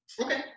Okay